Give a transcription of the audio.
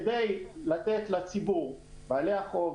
כדי לתת לציבור בעלי החוב,